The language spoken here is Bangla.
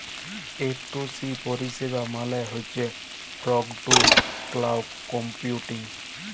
এফটুসি পরিষেবা মালে হছ ফগ টু ক্লাউড কম্পিউটিং